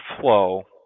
flow